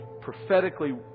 prophetically